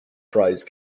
prize